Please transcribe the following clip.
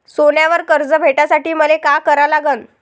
सोन्यावर कर्ज भेटासाठी मले का करा लागन?